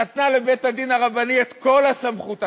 נתנה לבית-הדין הרבני את כל הסמכות הזאת,